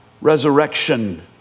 resurrection